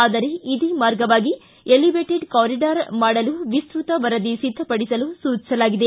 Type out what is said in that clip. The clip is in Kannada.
ಆದರೆ ಇದೇ ಮಾರ್ಗವಾಗಿ ಎಲಿವೇಟೆಡ್ ಕಾರಿಡಾರ್ ಮಾಡಲು ವಿಸ್ತೃತ ವರದಿ ಸಿದ್ಧಪಡಿಸಲು ಸೂಚಿಸಲಾಗಿದೆ